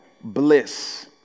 bliss